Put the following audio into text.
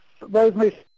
Rosemary